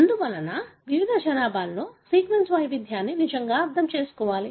అందువల్ల వివిధ జనాభాలో సీక్వెన్స్ వైవిధ్యాన్ని నిజంగా అర్థం చేసుకోవాలి